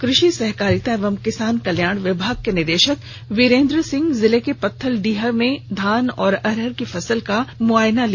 कृषि सहकारिता एवं किसान कल्याण विभाग के निदेशक वीरेंद्र सिंह जिले के पत्थलडीहा में धान और अरहर की फसल का मुआयना किया